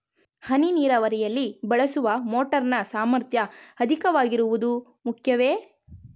ಹನಿ ನೀರಾವರಿಯಲ್ಲಿ ಬಳಸುವ ಮೋಟಾರ್ ನ ಸಾಮರ್ಥ್ಯ ಅಧಿಕವಾಗಿರುವುದು ಮುಖ್ಯವೇ?